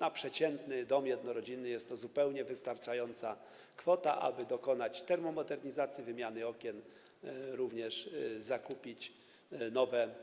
Na przeciętny dom jednorodzinny jest to zupełnie wystarczająca kwota, aby dokonać termomodernizacji, wymiany okien, jak również zakupić nowe